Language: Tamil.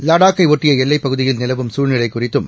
லடாக் கைபொட்டிய எல்லைப் பகுதியில் நிலவும் சூழ்நிலை குறித்தும்